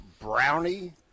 brownie